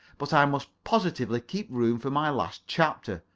but i must positively keep room for my last chapter.